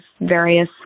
various